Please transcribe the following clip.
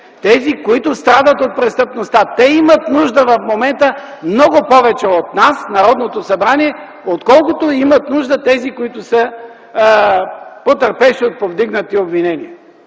които страдат от престъпността. Те имат нужда в момента много повече от нас - Народното събрание, отколкото имат нужда тези, които са потърпевши от повдигнати обвинения.